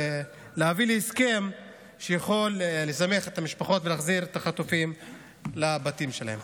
להביא להסכם שיצליח לשמח את המשפחות ולהחזיר את החטופים לבתים שלהם.